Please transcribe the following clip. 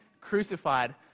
crucified